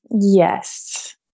Yes